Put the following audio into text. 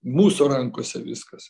mūsų rankose viskas